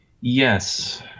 Yes